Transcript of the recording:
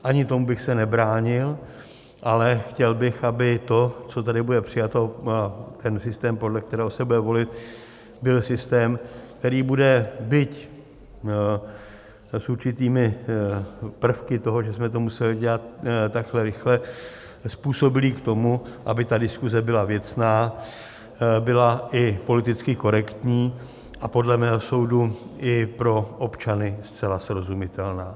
Ani tomu bych se nebránil, ale chtěl bych, aby to, co tady bude přijato, systém, podle kterého se bude volit, byl systém, který bude byť s určitými prvky toho, že jsme to museli udělat takhle rychle způsobilý k tomu, aby ta diskuze byla věcná, byla i politicky korektní a podle mého soudu i pro občany zcela srozumitelná.